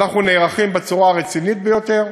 אנחנו נערכים בצורה הרצינית ביותר.